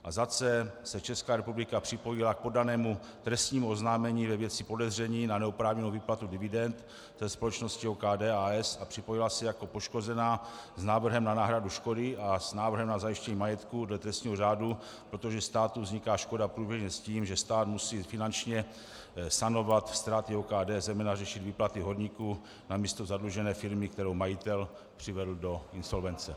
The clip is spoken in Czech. C) se Česká republika připojila k podanému trestnímu oznámení ve věci podezření na neoprávněnou výplatu dividend ze společnosti OKD, a.s., a připojila se jako poškozená s návrhem na náhradu škody a s návrhem na zajištění majetku dle trestního řádu, protože státu vzniká škoda průběžně s tím, že stát musí finančně sanovat ztráty OKD, zejména řešit výplaty horníků namísto zadlužené firmy, kterou majitel přivedl do insolvence.